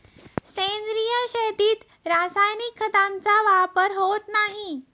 सेंद्रिय शेतीत रासायनिक खतांचा वापर होत नाही